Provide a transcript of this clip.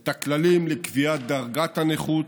את הכללים לקביעת דרגת הנכות,